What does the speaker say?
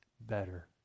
better